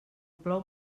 plou